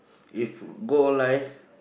if go online